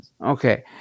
Okay